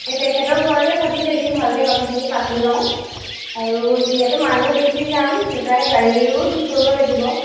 এই তেখেতৰ ঘৰতে ভাবিছোঁ এদিন ভালকৈ কথাখিনি পাতি লওঁ আৰু যিহেতু মানুহ বেছি যাম সেইকাৰণে গাড়ীও ঠিক কৰিব লাগিব